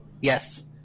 yes